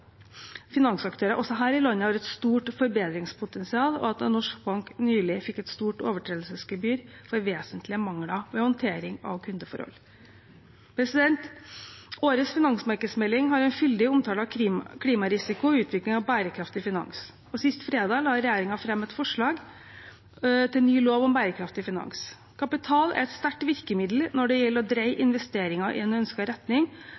finansaktører, også her i landet, har et stort forbedringspotensial, og at en norsk bank nylig fikk et stort overtredelsesgebyr for vesentlige mangler ved håndtering av kundeforhold. Årets finansmarkedsmelding har en fyldig omtale av klimarisiko og utvikling av bærekraftig finans, og sist fredag la regjeringen fram et forslag til ny lov om bærekraftig finans. Kapital er et sterkt virkemiddel når det gjelder å dreie investeringer i en ønsket retning,